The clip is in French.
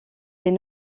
est